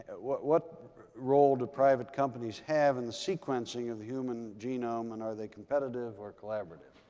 what what role do private companies have in the sequencing of the human genome? and are they competitive or collaborative?